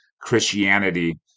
Christianity